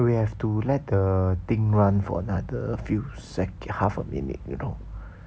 we have to let the thing run for another few sec~ half a minute you know